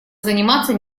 заниматься